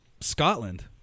Scotland